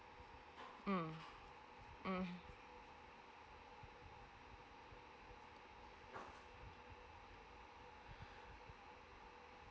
mm mm